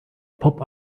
pop